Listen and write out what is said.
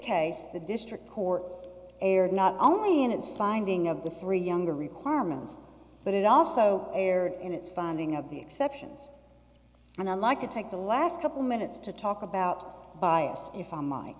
case the district court erred not only in its finding of the three younger requirements but it also erred in its funding of the exceptions and i'd like to take the last couple minutes to talk about bias if i mi